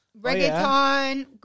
reggaeton